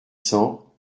cents